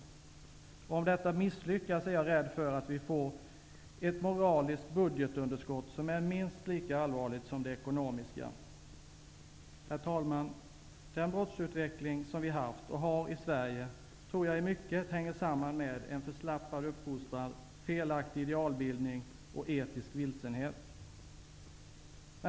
Om detta misslyckas, är jag rädd för att vi får ett moraliskt budgetunderskott som är minst lika allvarligt som det ekonomiska. Herr talman! Den brottslighetsutveckling som vi haft och har i Sverige tror jag i mycket hänger samman med en förslappad uppfostran, felaktig idealbildning och etisk vilsenhet.